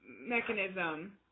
mechanism